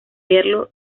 verlo